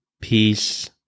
Peace